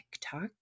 TikTok